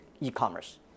e-commerce